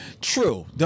True